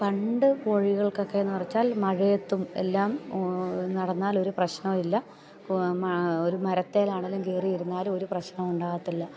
പണ്ട് കോഴികൾക്ക് ഒക്കെ എന്ന് വച്ചാൽ മഴയത്തും എല്ലാം നടന്നാൽ ഒരു പ്രശ്നവും ഇല്ല ഒരു മരത്തേലാണെങ്കിലും കയറിയിരുന്നാലും ഒരു പ്രശ്നവും ഉണ്ടാകത്തില്ല